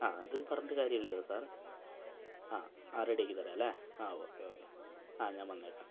ആ അത് പറഞ്ഞിട്ട് കാര്യമില്ലല്ലോ സാർ ആ ആ റെഡിയാക്കിത്തരാമല്ലേ ആ ഓക്കെ ഓക്കെ ആ ഞാൻ വന്നേക്കാം